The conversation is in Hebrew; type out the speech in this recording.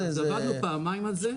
עבדנו פעמיים על זה.